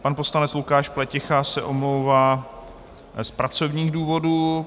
Pan poslanec Lukáš Pleticha se omlouvá z pracovních důvodů.